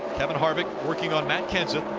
kevin harvick working on matt kenseth.